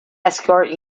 escort